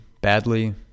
Badly